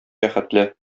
бәхетле